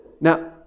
Now